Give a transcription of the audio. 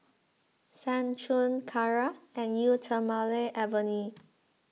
Seng Choon Kara and Eau thermale Avene